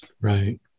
Right